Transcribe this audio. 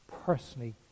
personally